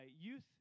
youth